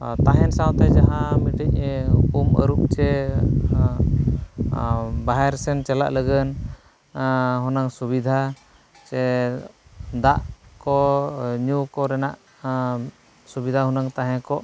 ᱛᱟᱦᱮᱱ ᱥᱟᱶᱛᱮ ᱡᱟᱦᱟᱸ ᱢᱤᱫᱴᱤᱡ ᱮ ᱩᱢᱼᱟᱹᱨᱩᱵ ᱥᱮ ᱡᱟᱦᱟᱸ ᱵᱟᱦᱨᱮ ᱥᱮᱫ ᱪᱟᱞᱟᱜ ᱞᱟᱹᱜᱤᱫ ᱦᱩᱱᱟᱹᱝ ᱥᱩᱵᱤᱫᱷᱟ ᱥᱮ ᱫᱟᱜ ᱠᱚ ᱧᱩ ᱠᱚ ᱨᱮᱱᱟᱜ ᱥᱩᱵᱤᱫᱷᱟ ᱦᱩᱱᱟᱹᱝ ᱛᱟᱦᱮᱸ ᱠᱚᱜ